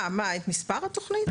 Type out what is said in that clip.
מה את מספר התוכנית?